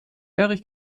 erich